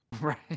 Right